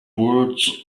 words